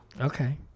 Okay